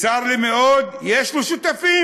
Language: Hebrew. וצר לי מאוד, יש לו שותפים.